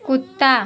कुत्ता